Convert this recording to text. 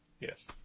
Yes